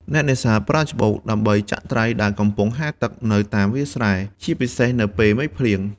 អ្នកនេសាទប្រើច្បូក ដើម្បីចាក់ត្រីដែលកំពុងហែលទឹកនៅតាមវាស្រែ ជាពិសេសនៅពេលមេឃភ្លៀង។